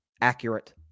accurate